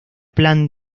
plan